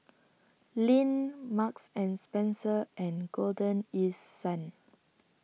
Lindt Marks and Spencer and Golden East Sun